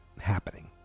happening